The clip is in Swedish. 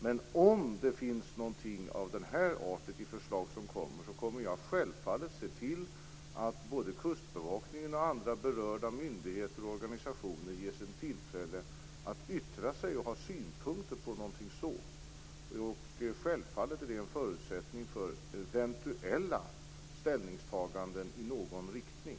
Men om det finns något av den här arten i de förslag som kommer, så kommer jag självfallet att se till att kustbevakningen och andra berörda myndigheter och organisationer ges tillfälle att yttra sig och ha synpunkter på detta. Självfallet är det en förutsättning för eventuella ställningstaganden i någon riktning.